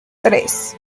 tres